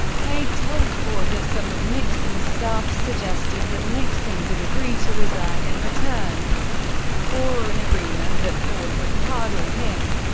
haig told ford that some of nixon's staff suggested that nixon could agree to resign resign in return for an agreement that ford would pardon him.